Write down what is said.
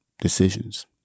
decisions